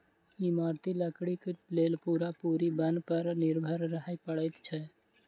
इमारती लकड़ीक लेल पूरा पूरी बन पर निर्भर रहय पड़ैत छै